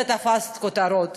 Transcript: אז זה תפס כותרות,